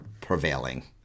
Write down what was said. prevailing